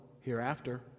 hereafter